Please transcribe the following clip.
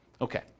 Okay